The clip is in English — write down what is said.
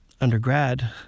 undergrad